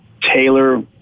tailor